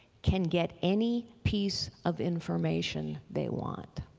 can get any piece of information they want.